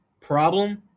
problem